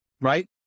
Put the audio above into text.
right